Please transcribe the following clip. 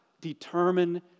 determine